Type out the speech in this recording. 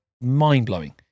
mind-blowing